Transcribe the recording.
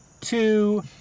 two